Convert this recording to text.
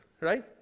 right